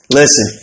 listen